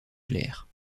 claire